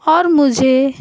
اور مجھے